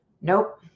Nope